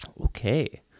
okay